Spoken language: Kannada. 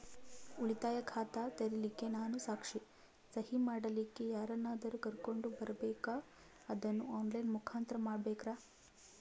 ಉಳಿತಾಯ ಖಾತ ತೆರಿಲಿಕ್ಕಾ ನಾನು ಸಾಕ್ಷಿ, ಸಹಿ ಮಾಡಲಿಕ್ಕ ಯಾರನ್ನಾದರೂ ಕರೋಕೊಂಡ್ ಬರಬೇಕಾ ಅದನ್ನು ಆನ್ ಲೈನ್ ಮುಖಾಂತ್ರ ಮಾಡಬೇಕ್ರಾ?